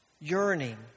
yearning